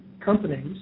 companies